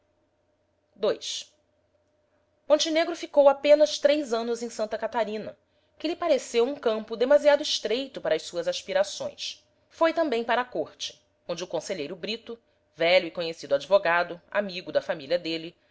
corte ii montenegro ficou apenas três anos em santa catarina que lhe pareceu um campo demasiado estreito para as suas aspirações foi também para a corte onde o conselheiro brito velho e conhecido advogado amigo da família dele